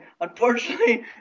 unfortunately